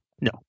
No